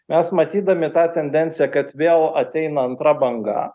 mes matydami tą tendenciją kad vėl ateina antra banga